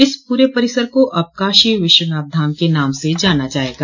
इस पूरे परिसर को अब काशी विश्वनाथ धाम के नाम से जाना जायेगा